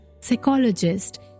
psychologist